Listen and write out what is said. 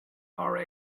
are